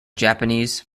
japanese